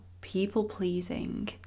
people-pleasing